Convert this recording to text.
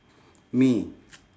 me